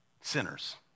Sinners